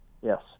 Yes